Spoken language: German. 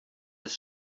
des